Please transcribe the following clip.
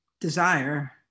desire